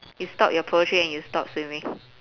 you stop your poetry and you stop swimming